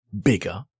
bigger